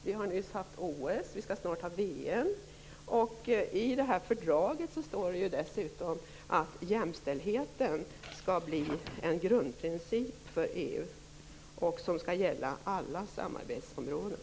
Vi har nyss deltagit i OS, och vi skall snart delta i VM. I fördraget står det att jämställdheten skall bli en grundprincip för EU som skall gälla alla samarbetsområden.